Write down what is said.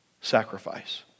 sacrifice